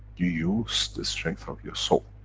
you use the strength of your soul,